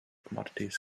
commodities